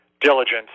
diligence